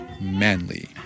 manly